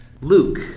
Luke